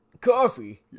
Coffee